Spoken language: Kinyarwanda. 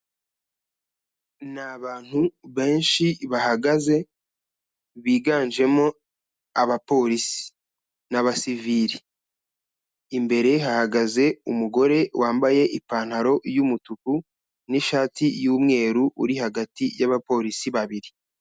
Ni abantu benshi bahagaze biganjemo abapolisi n'abasivili, imbere hahagaze umugore wambaye ipantaro y'umutuku n'ishati y'umweru, uri hagati y'abapolisi babiri.